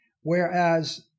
whereas